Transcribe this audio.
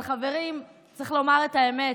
אבל חברים, צריך לומר את האמת.